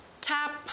tap